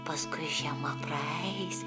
paskui žiema praeis